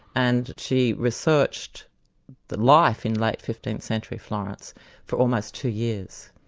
and she researched the life in late fifteenth-century florence for almost two years.